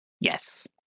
Yes